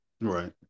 Right